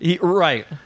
Right